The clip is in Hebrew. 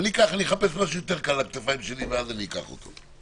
אני אחפש משהו יותר קל על הכתפיים שלי ואז אני אקח אותו.